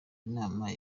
inama